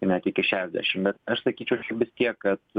net iki šešdešimt bet aš sakyčiau gi vis tiek kad